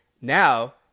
Now